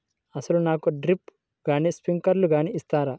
అసలు నాకు డ్రిప్లు కానీ స్ప్రింక్లర్ కానీ ఇస్తారా?